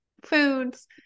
foods